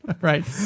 Right